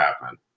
happen